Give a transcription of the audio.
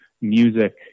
music